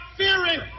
fearing